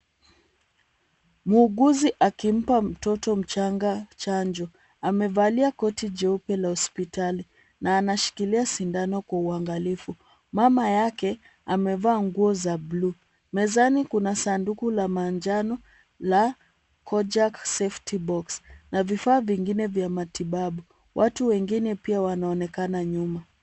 Muuguzi akimpa mtoto mchanga chanjo. Amevalia koti jeupe la hospitali na anashikilia sindano kwa uangalifu. Mama yake amevaa nguo za blue . Mezani kuna sanduku la manjano la Kojak Safety Box na vifaa vingine vya matibabu. Watu wengine pia wanaonekana nyuma.